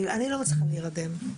אני לא מצליחה להירדם,